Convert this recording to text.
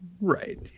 Right